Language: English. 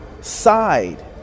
side